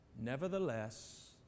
Nevertheless